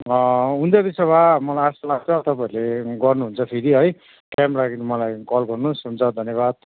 हुन्छ त्यसो भए मलाई आशा लाग्छ तपाईँहरूले गर्नुहुन्छ फेरि है क्याम्प राख्यो भने मलाई कल गर्नुहोस् हुन्छ धन्यवाद